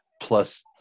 plus